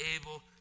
able